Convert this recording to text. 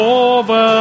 over